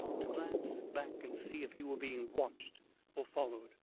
to glance back and see if he were being watched or followed.